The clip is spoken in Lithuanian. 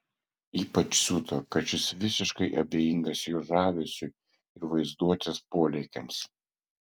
ypač siuto kad šis visiškai abejingas jo žavesiui ir vaizduotės polėkiams